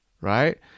right